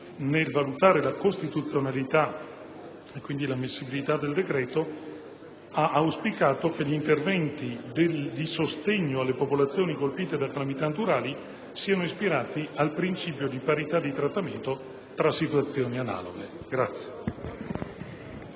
nel valutare la costituzionalità e quindi l'ammissibilità del decreto, ha auspicato che gli interventi di sostegno alle popolazioni colpite da calamità naturali siano ispirati al principio di parità di trattamento tra situazioni analoghe.